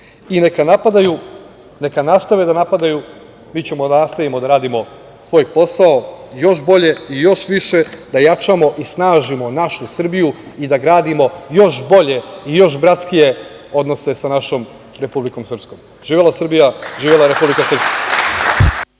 napadaju, neka nastave da napadaju, mi ćemo da nastavimo da radimo svoj posao još bolje i još više, da jačamo i snažimo našu Srbiju i da gradimo još bolje i još bratskije odnose sa našom Republikom Srpskom. Živela Srbija. Živela Republika Srpska.